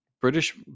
British